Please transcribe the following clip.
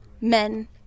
men